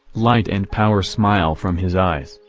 light and power smile from his eyes,